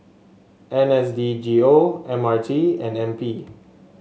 N S D G O M R T and N P